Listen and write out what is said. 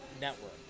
network